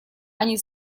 они